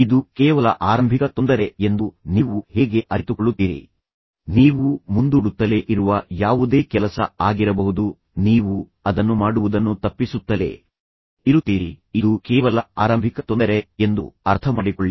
ಇದು ಕೇವಲ ಆರಂಭಿಕ ತೊಂದರೆ ಎಂದು ನೀವು ಹೇಗೆ ಅರಿತುಕೊಳ್ಳುತ್ತೀರಿ ನೀವು ಮುಂದೂಡುತ್ತಲೇ ಇರುವ ಯಾವುದೇ ಕೆಲಸ ಆಗಿರಬಹುದು ನೀವು ಅದನ್ನು ಮಾಡುವುದನ್ನು ತಪ್ಪಿಸುತ್ತಲೇ ಇರುತ್ತೀರಿ ಇದು ಕೇವಲ ಆರಂಭಿಕ ತೊಂದರೆ ಎಂದು ಅರ್ಥಮಾಡಿಕೊಳ್ಳಿ